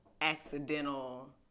accidental